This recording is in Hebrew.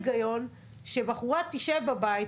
היגיון שבחורה תשב בבית,